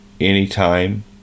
anytime